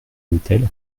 l’hôtel